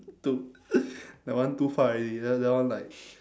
too that one too far already that that one like